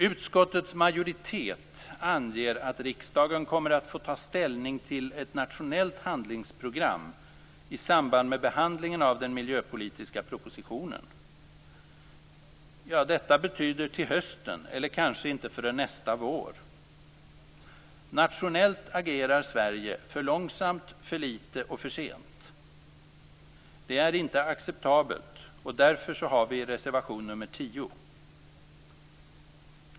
Utskottets majoritet anger att riksdagen kommer att få ta ställning till ett nationellt handlingsprogram i samband med behandlingen av den miljöpolitiska propositionen. Detta betyder till hösten eller kanske inte förrän nästa vår. Nationellt agerar Sverige för långsamt, för litet och för sent! Detta är inte acceptabelt, och därför har vi lagt fram reservation nr 10.